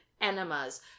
enemas